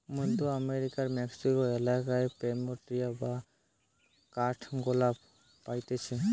মধ্য আমেরিকার মেক্সিকো এলাকায় প্ল্যামেরিয়া বা কাঠগোলাপ পাইতিছে